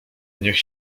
niech